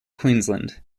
queensland